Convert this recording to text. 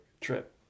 trip